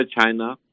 China